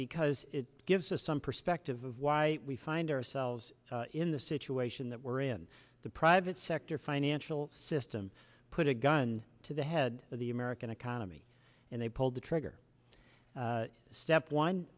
because it gives us some perspective of why we find ourselves in the situation that we're in the private sector financial system put a gun to the head of the american economy and they pulled the trigger step one